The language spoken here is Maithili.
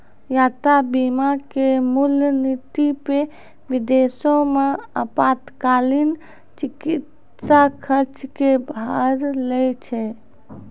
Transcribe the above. यात्रा बीमा के मूल नीति पे विदेशो मे आपातकालीन चिकित्सा खर्च के भार लै छै